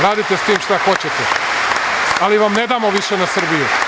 Radite sa tim šta hoćete, ali vam ne damo više na Srbiju!